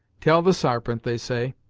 tell the sarpent, they say,